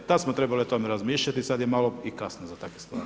Tad smo trebali o tome razmišljati, sad je malo i kasno za takve stvari.